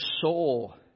soul